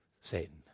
Satan